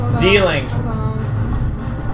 Dealing